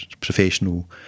professional